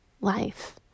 life